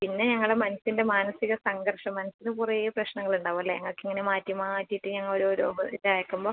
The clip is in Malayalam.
പിന്നെ ഞങ്ങളെ മനസ്സിൻ്റെ മാനസിക സംഘർഷം മനസ്സിന് കുറേ പ്രശ്നങ്ങൾ ഉണ്ടാവൂലേ ഞങ്ങൾക്കിങ്ങനെ മാറ്റി മാറ്റിയിട്ട് ഞങ്ങൾ ഓരോ ഓരോ ഇത് അയക്കുമ്പോൾ